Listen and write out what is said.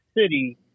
city